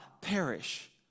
perish